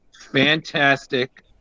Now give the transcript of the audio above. fantastic